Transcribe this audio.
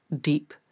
deep